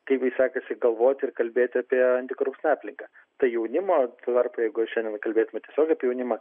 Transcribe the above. kaip jai sekasi galvoti ir kalbėti apie antikorupcinę aplinką tai jaunimo tvarka jeigu šiandien kalbėtume tiesiogiai apie jaunimą